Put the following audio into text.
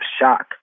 shock